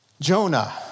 Jonah